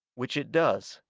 which it does,